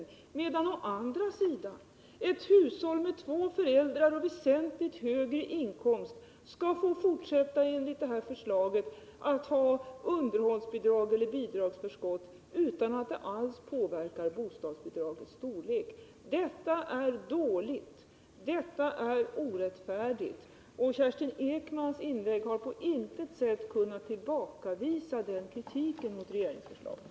Å andra sidan skall då ett hushåll med två föräldrar med väsentligt högre inkomst enligt detta förslag få fortsätta att ha underhållsbidrag eller bidragsförskott utan att det alls påverkar bostadsbidragets storlek. Detta är dåligt, och det är orättfärdigt. Och Kerstin Ekmans inlägg har på intet sätt kunnat tillbakavisa den kritiken mot regeringsförslaget.